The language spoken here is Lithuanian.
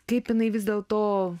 kaip jinai vis dėl to